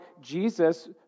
Jesus